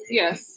yes